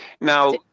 Now